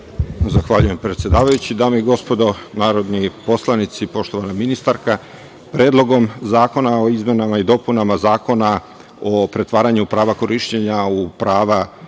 Zahvaljujem, predsedavajući. Dame i gospodo narodni poslanici, poštovana ministarka, Predlogom zakona o izmenama i dopunama Zakona o pretvaranja prava korišćenja u prava